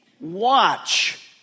watch